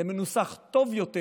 זה מנוסח טוב יותר,